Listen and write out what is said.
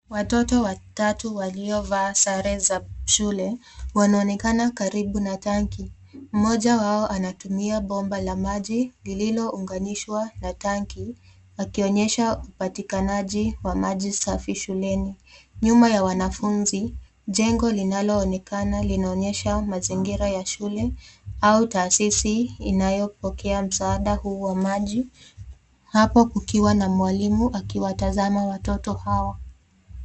Watoto watatu walio vaa sare za shule wanaonekana karibu na tanki. Mmoja wao anatumia bomba la maji lililounganishwa na tanki akionyesha upatikanaji wa maji safi shuleni. Nyuma ya wanafunzi, jengo linaloonekana linaonyesha mazingira ya shule au taasisi inayopokea msaada huu wa maji hapo kukiwa na mwalimu akiwatazama watoto hawa.